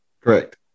Correct